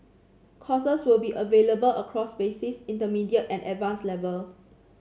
courses will be available across basic intermediate and advanced level